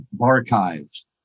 Archives